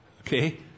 okay